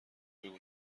بگو